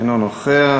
אינו נוכח,